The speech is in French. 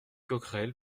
coquerel